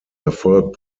erfolg